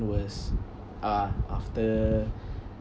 was ah after